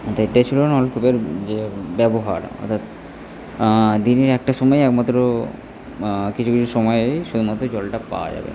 তা এটাই ছিল নলকূপের যে ব্যবহার অর্থাৎ দিনের একটা সময় আমাদেরও কিছু কিছু সময়েই শুধুমাত্র জলটা পাওয়া যাবে